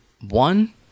one